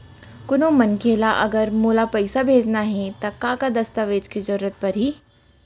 कोनो मनखे ला अगर मोला पइसा भेजना हे ता का का दस्तावेज के जरूरत परही??